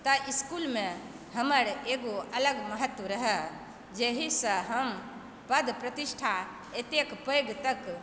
तऽ इस्कूलमे हमर एगो अलग महत्व रहय जाहिसँ हम पद प्रतिष्ठा एतेक पैघ तक